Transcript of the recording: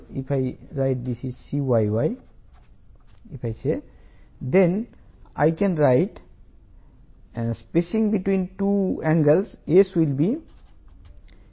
1 mm rzz ryy 27